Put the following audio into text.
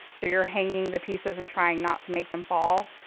so you're hanging the pieces and trying not to make them fall.